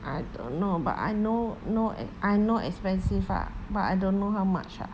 I don't know but I know know I know expensive lah but I don't know how much ah